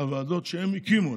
הוועדות שהם הקימו.